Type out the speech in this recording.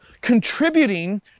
contributing